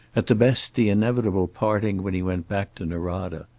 at the best the inevitable parting when he went back to norada.